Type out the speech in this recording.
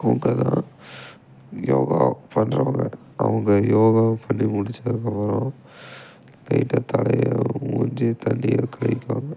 அவங்க தான் யோகா பண்ணுறவங்க அவங்க யோகா பண்ணி முடித்ததுக்கு அப்புறம் போய்விட்டு தலையை மூஞ்சியை தண்ணியில் கழுவிக்குவாங்க